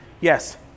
Yes